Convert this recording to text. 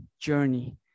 journey